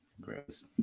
gross